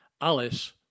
Alice